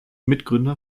mitgründer